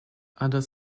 other